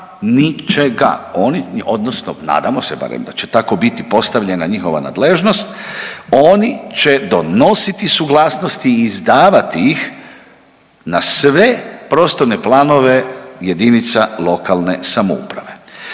ničega, odnosno nadamo se barem da će tako biti postavljena njihova nadležnost oni će donositi suglasnosti i izdavati ih na sve prostorne planove jedinica lokalne samouprave.